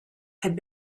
had